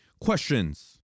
Questions